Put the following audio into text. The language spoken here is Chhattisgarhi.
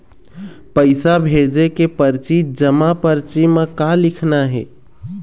पैसा भेजे के परची जमा परची म का लिखना हे?